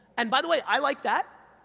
and by the way, i like that,